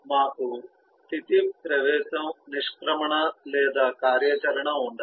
మాకు స్థితి ప్రవేశం నిష్క్రమణ లేదా కార్యాచరణ ఉండదు